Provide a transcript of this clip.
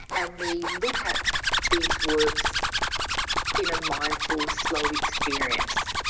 and we look at these works in a mindful, slow experience,